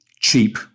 Cheap